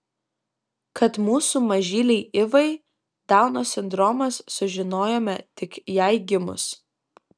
kad mūsų mažylei ivai dauno sindromas sužinojome tik jai gimus